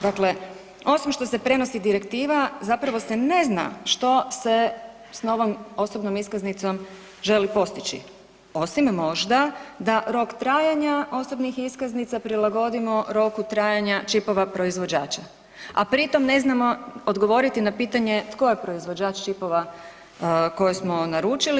Dakle, osim što se prenosi direktiva zapravo se ne zna što se s novom osobnom iskaznicom želi postići, osim možda da rok trajanja osobnih iskaznica prilagodimo roku trajanja čipova proizvođača, a pri tom ne znamo odgovoriti na pitanje tko je proizvođač čipova koje smo naručili?